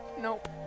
Nope